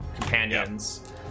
companions